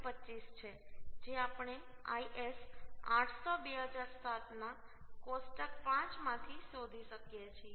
25 છે જે આપણે IS 800 2007 ના કોષ્ટક 5 માંથી શોધી શકીએ છીએ